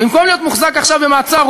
במקום להיות מוחזק עכשיו במעצר,